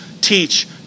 teach